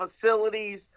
facilities